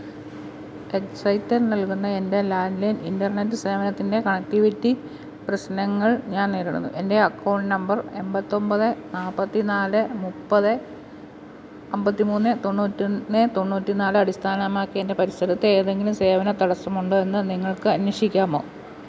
എക്സൈറ്റൽ നൽകുന്ന എൻ്റെ landline internet സേവനത്തിൻ്റെ കണക്റ്റിവിറ്റി പ്രശ്നങ്ങൾ ഞാൻ നേരിടുന്നു എൻ്റെ അക്കൌണ്ട് നമ്പർ എമ്പത്തൊമ്പത് നാല്പത്തിനാല് മൂപ്പത് അമ്പത്തി മൂന്ന് തൊണ്ണൂറ്റൊന്ന് തൊണ്ണൂറ്റിനാല് അടിസ്ഥാനമാക്കി എൻ്റെ പരിസരത്ത് ഏതെങ്കിലും സേവന തടസ്സമുണ്ടോ എന്നു നിങ്ങൾക്ക് അന്വേഷിക്കാമോ